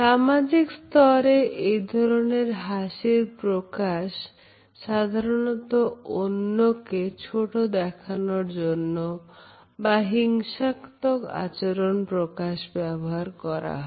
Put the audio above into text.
সামাজিক স্তরে এই ধরনের হাসির প্রকাশ সাধারণত অন্যকে ছোট দেখানোর জন্য বা হিংসাত্মক আচরণ প্রকাশে ব্যবহার করা হয়